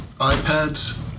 iPads